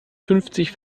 fünfzig